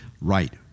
right